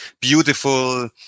beautiful